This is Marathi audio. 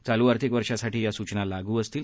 चालू आर्थिक वर्षासाठी या सूचना लागू असतील